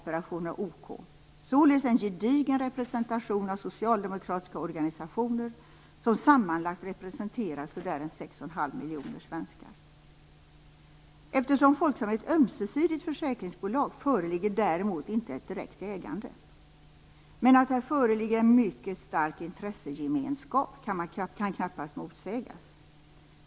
Det är således en gedigen representation av socialdemokratiska organisationer som sammanlagt representerar 6,5 miljoner svenskar. Eftersom Folksam är ett ömsesidigt försäkringsbolag föreligger däremot inte ett direkt ägande. Men att här föreligger en mycket stark intressegemenskap kan knappast motsägas.